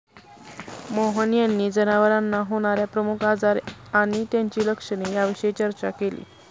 मोहन यांनी जनावरांना होणार्या प्रमुख आजार आणि त्यांची लक्षणे याविषयी चर्चा केली